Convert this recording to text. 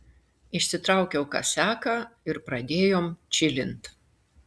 išsitraukiau kasiaką ir pradėjom čilint